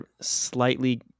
slightly